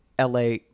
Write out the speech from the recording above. LA